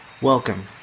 Welcome